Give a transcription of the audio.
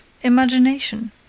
imagination